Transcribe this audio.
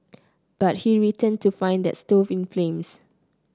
but he returned to find the stove in flames